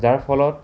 যাৰ ফলত